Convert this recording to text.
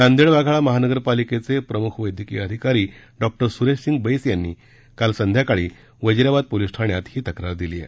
नांदेड वाघाळा महानगर पालिकेचे प्रमुख वैद्यकीय अधिकारी डॉ सुरेशसिंग बैस यांनी काल सायंकाळी वजिराबाद पोलीस ठाण्यात ही तक्रार दिली आहे